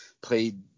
played